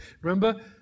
Remember